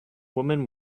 women